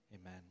Amen